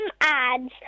ads